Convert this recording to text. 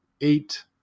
eight